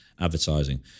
advertising